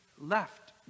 left